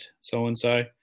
so-and-so